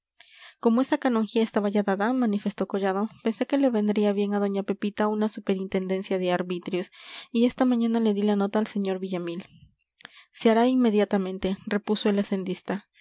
como esa canonjía estaba ya dada manifestó collado pensé que le vendría bien a doña pepita una superintendencia de arbitrios y esta mañana le di la nota al sr villamil se hará inmediatamente repuso el hacendista